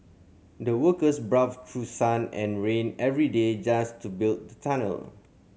the workers braved through sun and rain every day just to build the tunnel